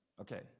Okay